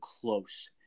close